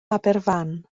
aberfan